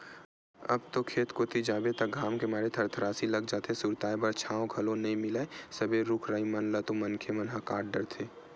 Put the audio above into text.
अब तो खेत कोती जाबे त घाम के मारे थरथरासी लाग जाथे, सुरताय बर छांव घलो नइ मिलय सबे रुख राई मन ल तो मनखे मन ह काट डरथे